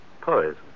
poison